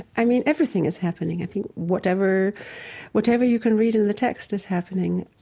i mean, everything is happening. i think whatever whatever you can read in the text is happening.